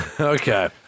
Okay